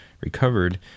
recovered